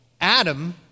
Adam